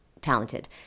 Talented